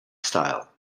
style